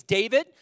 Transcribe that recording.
David